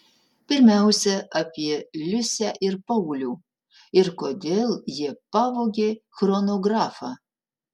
pirmiausia apie liusę ir paulių ir kodėl jie pavogė chronografą